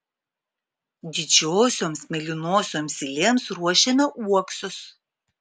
didžiosioms mėlynosioms zylėms ruošiame uoksus